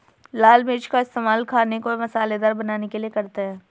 लाल मिर्च का इस्तेमाल खाने को मसालेदार बनाने के लिए करते हैं